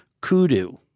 kudu